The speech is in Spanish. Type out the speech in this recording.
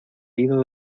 ido